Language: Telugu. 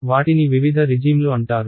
వాటిని వివిధ రిజీమ్లు అంటారు